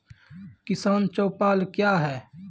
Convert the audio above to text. किसान चौपाल क्या हैं?